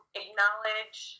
acknowledge